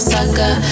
Sucker